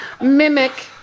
mimic